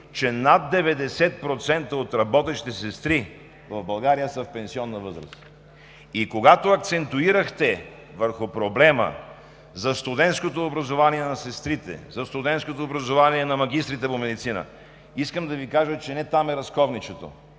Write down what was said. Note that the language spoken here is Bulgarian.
че над 90% от работещите сестри в България са в пенсионна възраст. Акцентирахте върху проблема за студентското образование на сестрите, за студентското образование на магистрите по медицина. Искам да Ви кажа, че не там е разковничето,